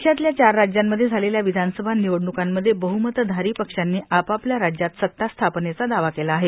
देशातल्या चार राज्यामध्ये झालेल्या विधानसभा निवडणुकांमध्ये बहमतधारी पक्षांनी आपापल्या राज्यात सत्ता स्थापनेचा दावा केला आहे